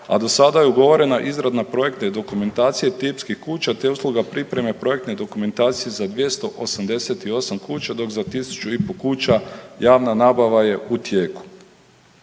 a do sada je ugovorena izrada projekta i dokumentacije tipskih kuća te usluga pripreme projektne dokumentacije za 288 kuća dok za 1500 kuća javna nabava je u tijeku.